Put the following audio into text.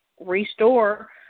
restore